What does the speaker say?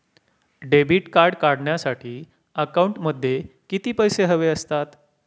Debit card काढण्यासाठी अकाउंटमध्ये किती पैसे हवे असतात?